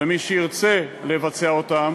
ומי שירצה לבצע אותן,